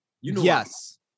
Yes